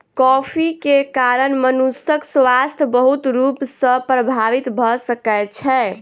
coffee के कारण मनुषक स्वास्थ्य बहुत रूप सॅ प्रभावित भ सकै छै